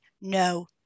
no